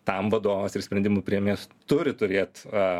tam vadovas ir sprendimų priėmėjas turi turėt a